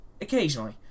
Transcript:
Occasionally